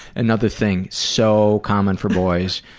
another thing so common for boys.